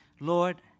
Lord